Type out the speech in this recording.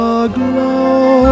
aglow